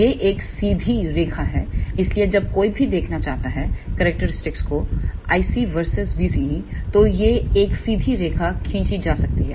यह एक सीधी रेखा है इसलिए जब कोई भी देखना चाहता है करैक्टेरिस्टिक्स को I C VS vCE तो यह एक सीधी रेखा खींच जा सकती है